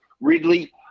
Ridley